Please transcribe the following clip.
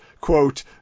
quote